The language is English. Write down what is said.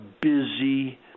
busy